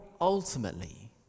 ultimately